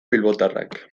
bilbotarrak